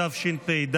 התשפ"ד